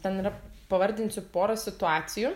ten yra pavardinsiu pora situacijų